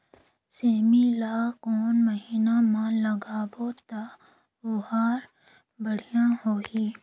सेमी ला कोन महीना मा लगाबो ता ओहार बढ़िया होही?